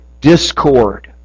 discord